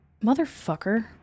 Motherfucker